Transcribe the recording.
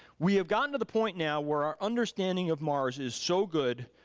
we have gotten to the point now where our understanding of mars is so good,